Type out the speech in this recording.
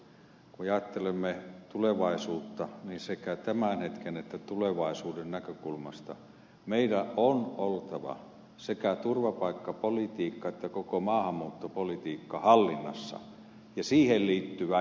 kun ajattelemme tulevaisuutta niin sekä tämän hetken että tulevaisuuden näkökulmasta sekä turvapaikkapolitiikan että koko maahanmuuttopolitiikan ja siihen liittyvän järjestelmän on oltava meillä hallinnassa